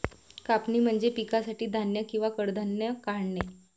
कापणी म्हणजे पिकासाठी धान्य किंवा कडधान्ये काढणे